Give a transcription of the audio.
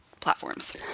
platforms